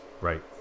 right